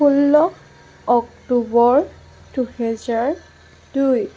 ষোল্ল অক্টোবৰ দুহেজাৰ দুই